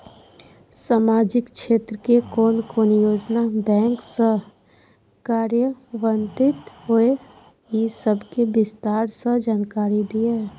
सामाजिक क्षेत्र के कोन कोन योजना बैंक स कार्यान्वित होय इ सब के विस्तार स जानकारी दिय?